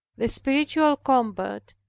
the spiritual combat,